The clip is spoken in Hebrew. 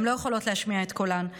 הן לא יכולות להשמיע את קולן,